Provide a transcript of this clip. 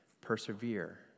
Persevere